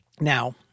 Now